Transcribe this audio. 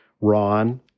Ron